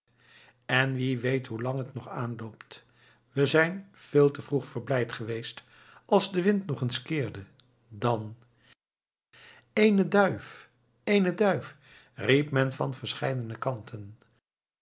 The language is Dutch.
en wie weet hoe lang het nog aanloopt we zijn veel te vroeg verblijd geweest als de wind nog eens keerde dan eene duif eene duif riep men van verscheidene kanten